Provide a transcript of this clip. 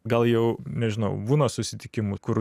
gal jau nežinau būna susitikimų kur